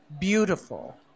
beautiful